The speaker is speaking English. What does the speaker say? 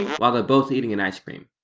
while they're both eating an icecream.